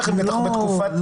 לא.